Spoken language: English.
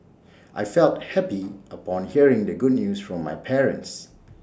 I felt happy upon hearing the good news from my parents